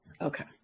Okay